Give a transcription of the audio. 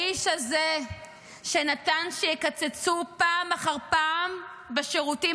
האיש הזה נתן שיקצצו פעם אחר פעם בשירותים